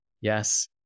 Yes